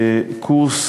קורס